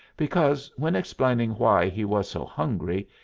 because, when explaining why he was so hungry,